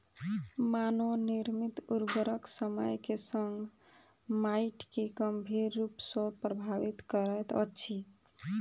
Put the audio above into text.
मानव निर्मित उर्वरक समय के संग माइट के गंभीर रूप सॅ प्रभावित करैत अछि